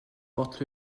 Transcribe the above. porte